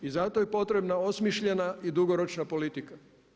I zato je potrebna osmišljena i dugoročna politika.